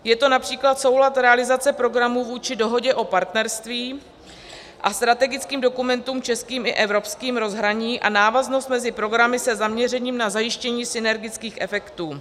Je to například soulad realizace programů vůči dohodě o partnerství a strategickým dokumentům českým i evropským, rozhraní a návaznost mezi programy se zaměřením na zajištění synergických efektů.